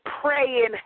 praying